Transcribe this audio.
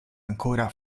ancora